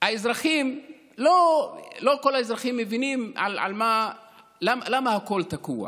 לא כל האזרחים מבינים למה הכול תקוע.